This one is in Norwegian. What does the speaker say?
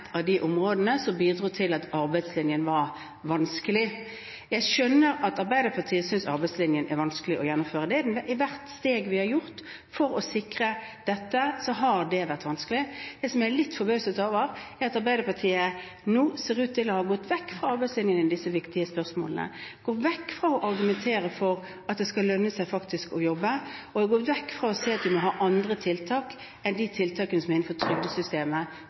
av de områdene som bidro til at arbeidslinjen var vanskelig. Jeg skjønner at Arbeiderpartiet synes arbeidslinjen er vanskelig å gjennomføre – å sikre den har vært vanskelig for hvert steg vi har tatt. Det jeg er litt forbauset over, er at Arbeiderpartiet nå ser ut til å ha gått bort fra arbeidslinjen i disse viktige spørsmålene, gått bort fra å argumentere for at det skal lønne seg å jobbe, og gått vekk fra å si at vi må ha andre tiltak enn de tiltakene som er innenfor